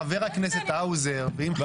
אם חבר הכנסת האוזר --- הוא שאל אותי.